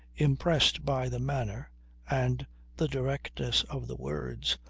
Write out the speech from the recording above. impressed by the manner and the directness of the words,